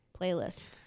playlist